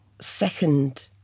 second